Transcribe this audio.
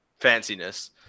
fanciness